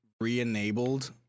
re-enabled